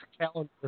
calendar